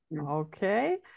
Okay